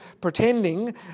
pretending